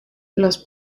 los